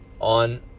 on